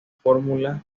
fórmulas